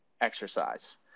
exercise